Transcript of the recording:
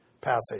passage